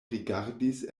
rigardis